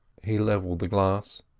he levelled the glass,